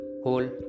whole